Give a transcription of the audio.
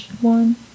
One